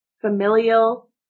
familial